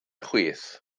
chwith